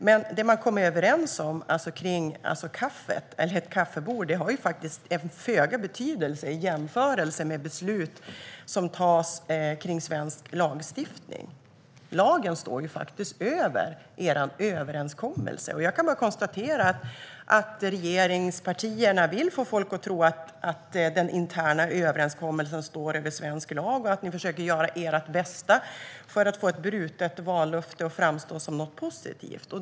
Men det som man kom överens om vid kaffebordet har faktiskt föga betydelse i jämförelse med beslut som tas om svensk lagstiftning. Lagen står faktiskt över er överenskommelse. Jag kan bara konstatera att regeringspartierna vill få folk att tro att den interna överenskommelsen står över svensk lag och att ni försöker göra ert bästa för att få ett brutet vallöfte att framstå som något positivt.